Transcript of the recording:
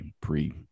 pre